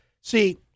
see